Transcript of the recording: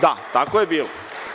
Da, tako je bilo.